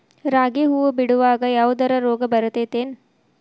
ರಾಗಿ ಹೂವು ಬಿಡುವಾಗ ಯಾವದರ ರೋಗ ಬರತೇತಿ ಏನ್?